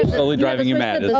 totally driving you mad,